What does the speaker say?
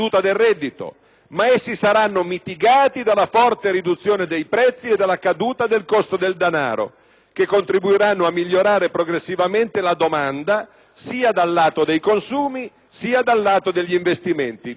che contribuiranno a migliorare progressivamente la domanda sia dal lato dei consumi, sia dal lato degli investimenti, e comunque - concludono i fanatici mercatisti per continuare con l'immagine che piace al Ministro